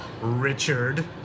Richard